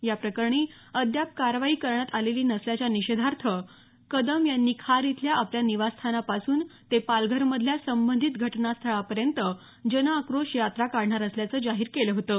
या प्रकरणी अद्याप कारवाई करण्यात आलेली नसल्याच्या निषेधार्थ कदम यांनी खार इथल्या आपल्या निवासस्थानापासून ते पालघरमधल्या संबंधित घटनास्थळापर्यंत जनआक्रोश यात्रा काढणार असल्याचं जाहीर केलं होतं